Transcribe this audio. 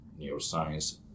neuroscience